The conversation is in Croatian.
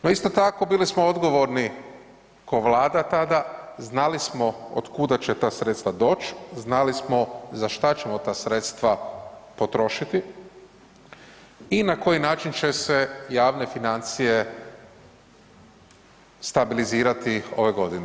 No isto tako bili smo odgovorni ko Vlada tada, znali smo od kuda će ta sredstva doć, znali smo za šta ćemo ta sredstva potrošiti i na koji način će se javne financije stabilizirati ove godine.